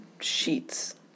sheets